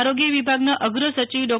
આરોગ્ય વિભાગના અગ્રસચિવ ડો